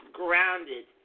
grounded